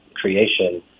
creation